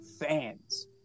fans